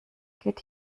geht